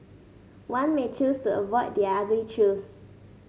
one may choose to avoid the ugly truths